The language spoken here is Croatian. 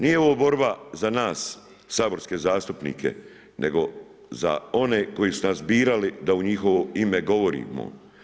Nije ovo borba za nas, saborske zastupnike, nego za one koji su nas birali da u njihovo ime govorimo.